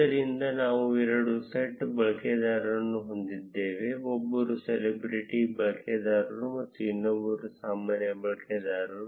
ಆದ್ದರಿಂದ ನಾವು ಎರಡು ಸೆಟ್ ಬಳಕೆದಾರರನ್ನು ಹೊಂದಿದ್ದೇವೆ ಒಬ್ಬರು ಸೆಲೆಬ್ರಿಟಿ ಬಳಕೆದಾರ ಮತ್ತು ಇನ್ನೊಬ್ಬರು ಸಾಮಾನ್ಯ ಬಳಕೆದಾರ